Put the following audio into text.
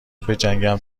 بجنگم